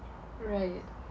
right